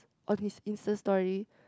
on his Insta Story